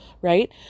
right